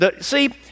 See